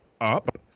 up